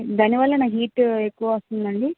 దాని వల్లేనా హీట్ ఎక్కువ వస్తుందా అండి